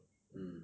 mm